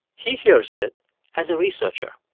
he hears it as a researcher.